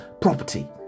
property